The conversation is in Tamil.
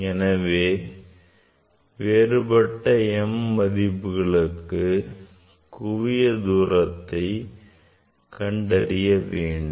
எனவே வேறுபட்ட m மதிப்புகளுக்கு குவிய தூரத்தை கண்டறிய வேண்டும்